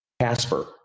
Casper